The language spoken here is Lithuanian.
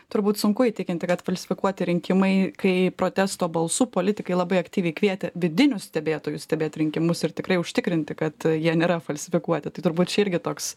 turbūt sunku įtikinti kad falsifikuoti rinkimai kai protesto balsų politikai labai aktyviai kvietė vidinių stebėtojų stebėt rinkimus ir tikrai užtikrinti kad jie nėra falsifikuoti tai turbūt čia irgi toks